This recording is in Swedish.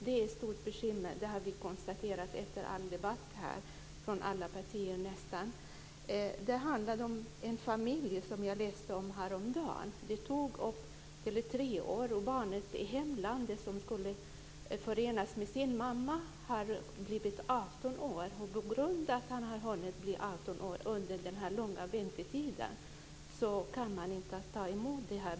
Det är ett stort bekymmer. Det har nästan alla partier konstaterat i debatten här. Jag läste om en familj häromdagen. Det tog tre år, och barnet i hemlandet som skulle förenas med sin mamma har blivit 18 år. På grund av att han har hunnit bli 18 år under den långa väntetiden kan man inte ta emot honom.